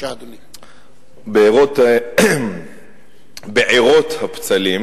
1. בעירות הפצלים,